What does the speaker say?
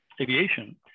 aviation